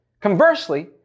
Conversely